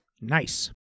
Nice